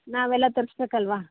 ನಾವೆಲ್ಲ ತರಿಸ್ಬೇಕಲ್ವ